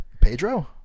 Pedro